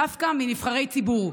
דווקא מנבחרי ציבור,